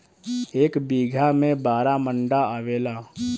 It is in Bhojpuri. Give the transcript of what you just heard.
एक बीघा में बारह मंडा आवेला